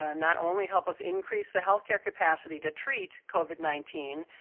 ah not only help us increase the health care capacity to treat covid nineteen,